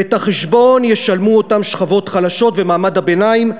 ואת החשבון ישלמו אותן שכבות חלשות ומעמד הביניים,